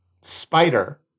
spider